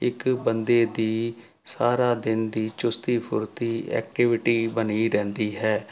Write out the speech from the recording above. ਇੱਕ ਬੰਦੇ ਦੀ ਸਾਰਾ ਦਿਨ ਦੀ ਚੁਸਤੀ ਫੁਰਤੀ ਐਕਟੀਵਿਟੀ ਬਣੀ ਰਹਿੰਦੀ ਹੈ